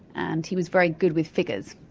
and he was very good with figures.